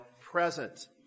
present